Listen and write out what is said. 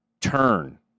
turn